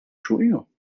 junho